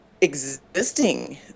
existing